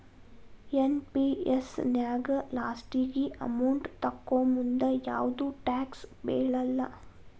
NPS ನ್ಯಾಗ ಲಾಸ್ಟಿಗಿ amount ತೊಕ್ಕೋಮುಂದ ಯಾವ್ದು ಟ್ಯಾಕ್ಸ್ ಬೇಳಲ್ಲ